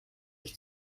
ich